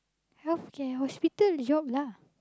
healthcare hospital job lah